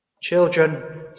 Children